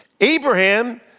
Abraham